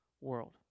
world